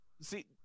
See